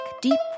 deep